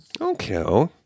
Okay